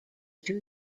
too